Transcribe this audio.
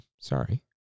sorry